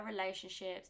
relationships